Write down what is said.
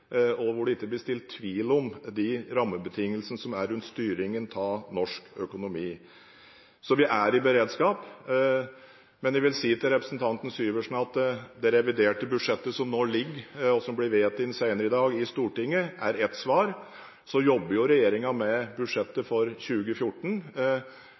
og hvor det ikke blir sådd tvil om de rammebetingelsene som er rundt styringen av norsk økonomi. Så vi er i beredskap. Men jeg vil si til representanten Syversen at det reviderte budsjettet, som nå ligger her, og som blir vedtatt i Stortinget senere i dag, er ett svar, men regjeringen jobber jo også med